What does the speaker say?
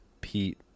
pete